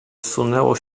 zsunęło